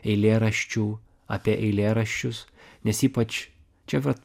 eilėraščių apie eilėraščius nes ypač čia vat